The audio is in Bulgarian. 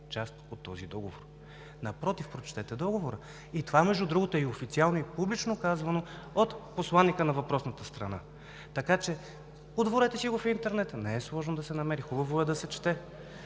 „Напротив!“) Напротив, прочетете договора! И това, между другото, е официално и публично казвано от посланика на въпросната страна. Отворете си го в интернет – не е сложно да се намери, хубаво е да се чете,